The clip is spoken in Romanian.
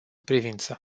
privință